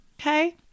Okay